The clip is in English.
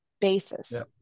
basis